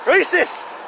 Racist